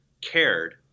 cared